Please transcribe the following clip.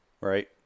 right